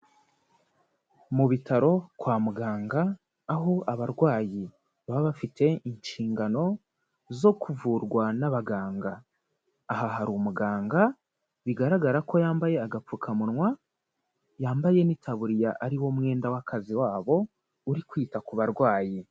Mu bitaro kwa muganga aho abarwayi baba bafite inshingano zo kuvurwa n'abaganga. Aha hari umuganga, bigaragara ko yambaye agapfukamunwa, yambaye n'itaburiya ari wo mwenda w'akazi wabo, uri kwita ku barwayi.